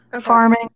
farming